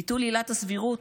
ביטול עילת הסבירות